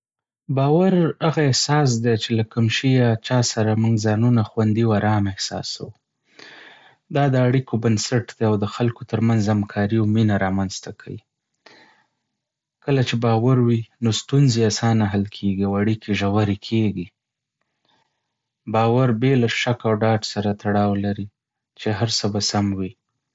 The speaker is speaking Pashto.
باور هغه احساس دی چې له کوم شي یا چا سره موږ ځانونه خوندي او آرام احساسوو. دا د اړیکو بنسټ دی او د خلکو ترمنځ همکاري او مینه رامنځته کوي. کله چې باور وي، نو ستونزې اسانه حل کېږي او اړیکې ژورې کېږي. باور بې له شک او ډاډ سره تړاو لري چې هر څه به سم وي.